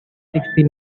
sixty